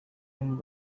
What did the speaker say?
been